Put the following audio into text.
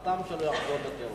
ואפילו חתם שהוא לא יחזור לטרור.